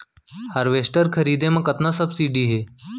Harvester खरीदे म कतना सब्सिडी हे?